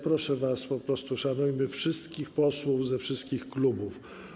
Proszę was, po prostu szanujmy wszystkich posłów ze wszystkich klubów.